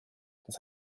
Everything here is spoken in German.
dass